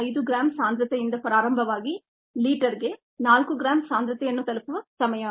5 gram ಸಾಂದ್ರತೆಯಿಂದ ಪ್ರಾರಂಭವಾಗಿ ಲೀಟರ್ಗೆ 4 ಗ್ರಾಂ ಸಾಂದ್ರತೆಯನ್ನು ತಲುಪುವ ಸಮಯ